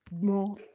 more